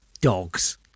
dogs